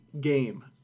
game